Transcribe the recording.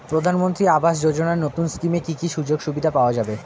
প্রধানমন্ত্রী আবাস যোজনা নতুন স্কিমে কি কি সুযোগ সুবিধা পাওয়া যাবে?